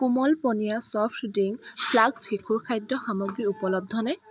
কোমল পনীয়া soft drink flask শিশুৰ খাদ্য সামগ্ৰী উপলব্ধনে